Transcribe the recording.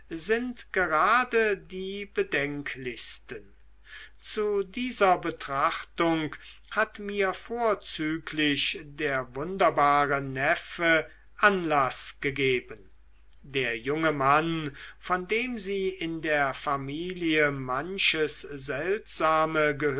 sind gerade die bedenklichsten zu dieser betrachtung hat mir vorzüglich der wunderbare neffe anlaß gegeben der junge mann von dem sie in der familie manches seltsame